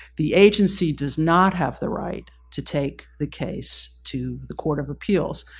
the agency does not have the right to take the case to the court of appeals.